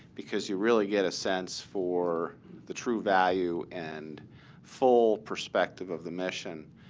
because you really get a sense for the true value and full perspective of the mission.